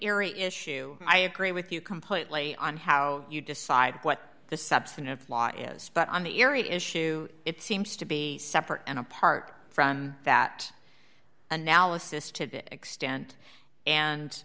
eerie issue i agree with you completely on how you decide what the substantive law is spot on the area issue it seems to be separate and apart from that analysis to a bit extent and